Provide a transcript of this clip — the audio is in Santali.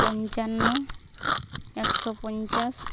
ᱯᱚᱧᱪᱟᱱᱱᱚ ᱮᱠᱥᱳ ᱯᱚᱧᱪᱟᱥ